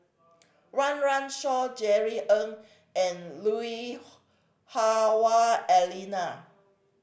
Run Run Shaw Jerry Ng and Lui Hah Wah Elena